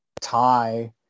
tie